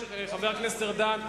חבר הכנסת ארדן,